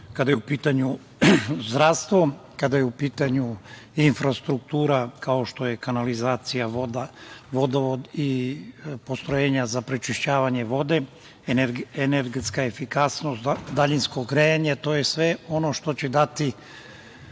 kada je u pitanju zdravstvo, kada je u pitanju infrastruktura kao što je kanalizacija, vodovod i postrojenja za prečišćavanje vode, energetska efikasnost i daljinsko grejanje. To je sve ono što će